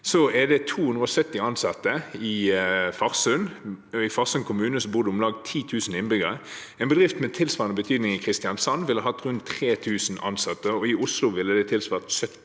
det 270 ansatte i Farsund – og i Farsund kommune bor det om lag 10 000 innbyggere. En bedrift med tilsvarende betydning i Kristiansand ville hatt rundt 3 000 ansatte, og i Oslo ville det ha tilsvart 17